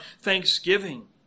thanksgiving